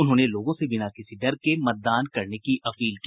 उन्होंने लोगों से बिना किसी डर के मतदान करने की अपील की